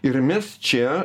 ir mes čia